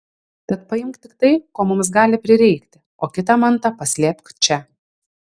tad paimk tik tai ko mums gali prireikti o kitą mantą paslėpk čia